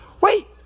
Wait